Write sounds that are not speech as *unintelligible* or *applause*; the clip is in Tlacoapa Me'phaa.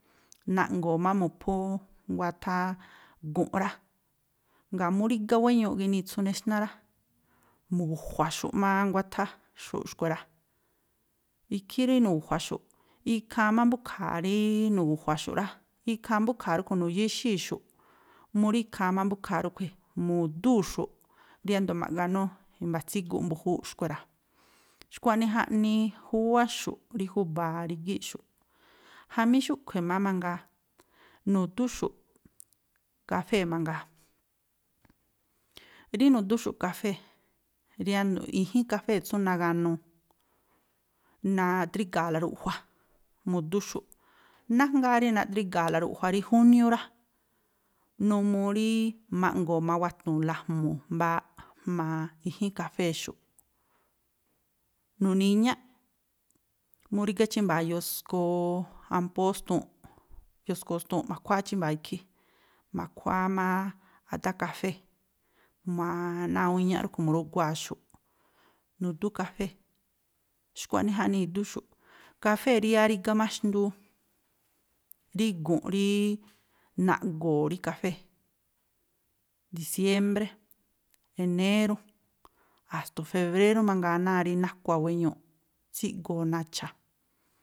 Na̱ꞌngo̱o̱ má mu̱phú nguáthá gu̱nꞌ rá. Ngáa̱ mú rígá wéñuu ginitsu nexná rá, mu̱gu̱jua̱xu̱ꞌ má nguátháxu̱ꞌ xkui̱ rá. Ikhí rí nu̱gu̱jua̱xu̱ꞌ. Ikhaa má mbúkha̱a̱ rí nu̱gu̱jua̱xu̱ꞌ rá, ikhaa mbúkha̱a̱ ríꞌkhui̱ nu̱yáxíi̱xu̱ꞌ mu rí ikhaa má mbúkha̱a̱ rúꞌkhui̱ mu̱dúu̱xu̱ꞌ riándo̱ ma̱ganú i̱mba̱ tsúguꞌ mbu̱júúꞌ xkui̱ rá. Xkua̱ꞌnii jaꞌnii júwáxu̱ꞌ rí júba̱a rígíꞌxu̱ꞌ. Jamí xúꞌkhui̱ má mangaa, nu̱dúxu̱ꞌ kafée̱ mangaa, rí nu̱dúxu̱ꞌ kafée̱, *unintelligible* i̱jín kafée̱ tsú naganuu, naꞌdríga̱a̱la ruꞌjua mu̱dúxu̱ꞌ. Nájngáá rí naꞌdríga̱a̱la ruꞌjua rí júniú rá, numuu rí ma̱ꞌngo̱o̱ mawatu̱u̱nla a̱jmu̱u̱ mbaaꞌ jma̱a i̱jín kafée̱xu̱ꞌ. Nu̱ni̱ iñáꞌ, mú rígá chímba̱a̱ yoskoo ampóó stuunꞌ, yoskoo stuun, ma̱khuáá chímba̱a̱ ikhí, ma̱khuáá má aꞌdá kafée̱, *hesitation* náa̱ awúún iñáꞌ rúꞌkhui̱ mu̱rugua̱a̱xu̱ꞌ. Nu̱dú kafée̱, xkua̱ꞌnii jaꞌnii i̱dúxu̱ꞌ. Kafée̱ rí yáá rígá má xndúú, rí gu̱nꞌ rííí naꞌgo̱o̱ rí kafée̱, diciémbré, enérú, a̱sndo̱o febrérú mangaa náa̱ rí nákua wéñuuꞌ, tsíꞌgo̱o̱ nacha̱.